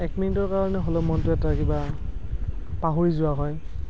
এক মিনিটৰ কাৰণে হ'লেও মনটো এটা কিবা পাহৰি যোৱা হয়